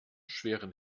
schweren